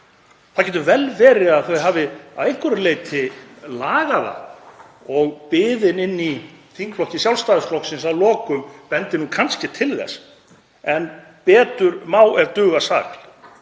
Það getur vel verið að þau hafi að einhverju leyti lagað það og biðin inni í þingflokki Sjálfstæðisflokksins að lokum bendir kannski til þess. En betur má ef duga skal.